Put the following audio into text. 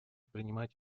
принимать